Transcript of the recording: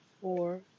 Four